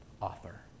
author